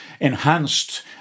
enhanced